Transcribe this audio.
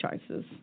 choices